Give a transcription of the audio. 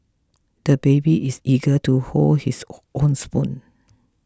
the baby is eager to hold his oh own spoon